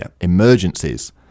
emergencies